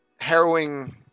harrowing